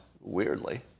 weirdly